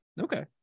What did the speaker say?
Okay